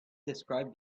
described